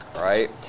right